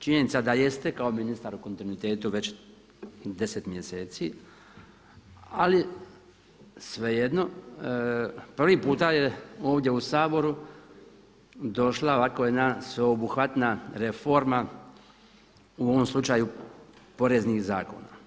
Činjenica da jeste kao ministar u kontinuitetu već 10 mjeseci, ali svejedno prvi puta je ovdje u Saboru došla ovako jedna sveobuhvatna reforma u ovom slučaju poreznih zakona.